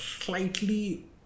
slightly